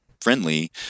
friendly